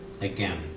again